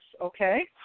Okay